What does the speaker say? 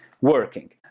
working